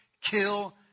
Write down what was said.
kill